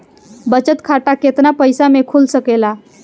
बचत खाता केतना पइसा मे खुल सकेला?